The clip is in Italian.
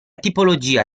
tipologia